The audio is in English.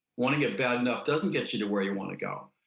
wanting it bad enough doesn't get you to where you want to go.